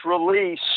release